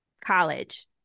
college